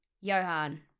Johan